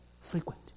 frequent